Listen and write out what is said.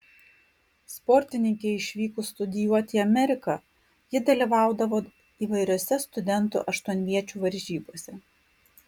sportininkei išvykus studijuoti į ameriką ji dalyvaudavo įvairiose studentų aštuonviečių varžybose